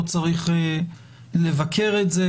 לא צריך לבקר את זה,